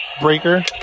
Breaker